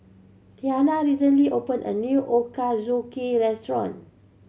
Tiana recently opened a new Ochazuke restaurant